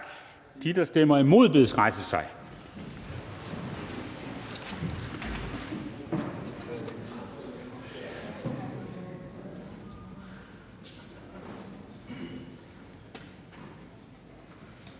De, der stemmer imod, bedes rejse sig.